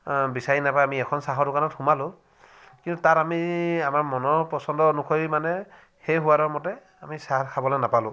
বিচাৰি নাপাই আমি এখন চাহৰ দোকানত সোমালোঁ কিন্তু তাত আমি আমাৰ মনৰ পচণ্ডৰ অনুসৰি মানে সেই সোৱাদৰ মতে আমি চাহ খাবলৈ নাপালোঁ